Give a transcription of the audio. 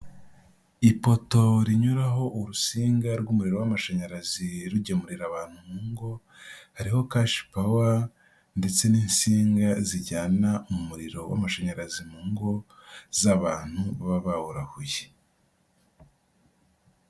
Ipoto rinyuraho urusinga rw'umuriro w'amashanyarazi rugemurira abantu mu ngo, hariho kashi pawa ndetse n'insinga zijyana umuriro w'amashanyarazi mu ngo z'abantu baba bawurahuye.